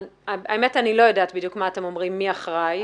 האמת שאני לא יודעת מי אתם אומרים אחראי,